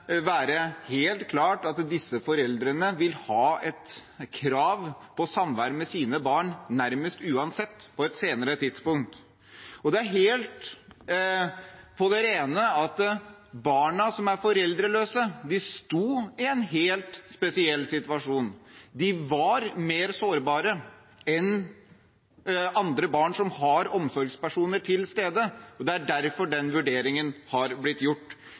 være svært problematisk om gyldigheten av et sånt samtykke vil stå seg. Det er helt klart at disse foreldrene vil ha krav på samvær med sine barn – nærmest uansett – på et senere tidspunkt. Det er helt på det rene at de barna som er foreldreløse, sto i en helt spesiell situasjon. De var mer sårbare enn barn som har omsorgspersoner til stede. Det er derfor den vurderingen har blitt